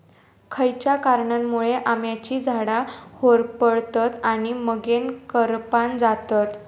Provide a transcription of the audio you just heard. खयच्या कारणांमुळे आम्याची झाडा होरपळतत आणि मगेन करपान जातत?